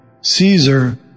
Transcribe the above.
Caesar